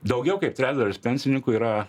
daugiau kaip trečdalis pensininkų yra